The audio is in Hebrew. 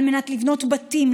על מנת לבנות בתים,